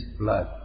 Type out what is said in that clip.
blood